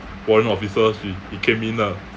foreign officers he he came in lah